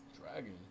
Dragon